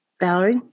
Valerie